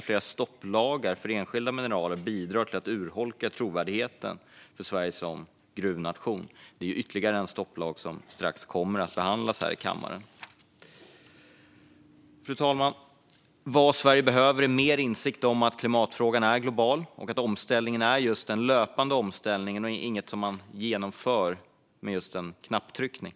Flera stopplagar för enskilda mineraler bidrar till att urholka trovärdigheten för Sverige som gruvnation. Ytterligare en stopplag kommer strax att behandlas här i kammaren. Fru talman! Vad Sverige behöver är mer insikt om att klimatfrågan är global och att omställningen är just en löpande omställning och ingenting som man genomför med en knapptryckning.